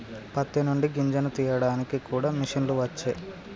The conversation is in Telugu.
పత్తి నుండి గింజను తీయడానికి కూడా మిషన్లు వచ్చే